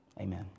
amen